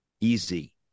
Easy